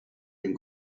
den